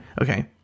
okay